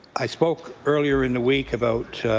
i spoke earlier in the week about